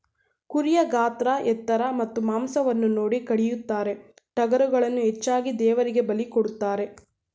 ಕುರಿಯ ಗಾತ್ರ ಎತ್ತರ ಮತ್ತು ಮಾಂಸವನ್ನು ನೋಡಿ ಕಡಿಯುತ್ತಾರೆ, ಟಗರುಗಳನ್ನು ಹೆಚ್ಚಾಗಿ ದೇವರಿಗೆ ಬಲಿ ಕೊಡುತ್ತಾರೆ